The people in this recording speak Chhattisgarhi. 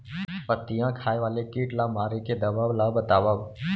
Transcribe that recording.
पत्तियां खाए वाले किट ला मारे के दवा ला बतावव?